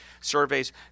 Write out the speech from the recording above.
surveys